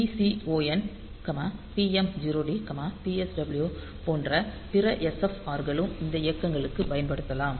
PCON TMOD PSW போன்ற பிற SFR களும் இந்த இயக்கங்களுக்கு பயன்படுத்தப்படலாம்